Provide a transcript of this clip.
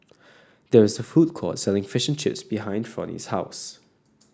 there is a food court selling Fishing Chips behind Fronie's house